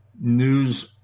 news